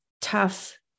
tough